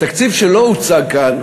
התקציב שלא הוצג כאן